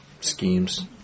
Schemes